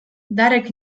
darek